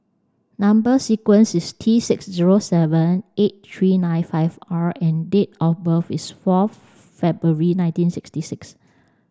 number sequence is T six zero seven eight three nine five R and date of birth is forth February nineteen sixty six